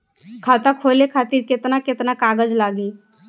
खाता खोले खातिर केतना केतना कागज लागी?